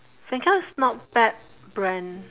fancl is not bad brand